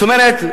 זאת אומרת,